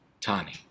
Tani